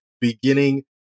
beginning